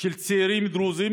צעירים דרוזים